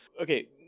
okay